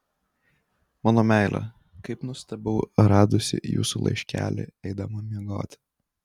mano meile kaip nustebau radusi jūsų laiškelį eidama miegoti